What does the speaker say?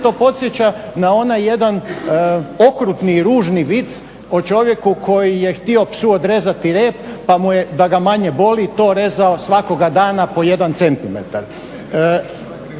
to podsjeća na onaj jedan okrutni i ružni vic o čovjeku koji je htio psu odrezati rep pa mu je da ga manje boli to rezao svakoga dana po jedan centimetar.